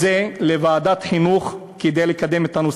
הנושא הזה לוועדת החינוך כדי לקדם אותו,